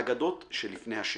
אגדות שלפני השינה,